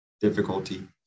difficulty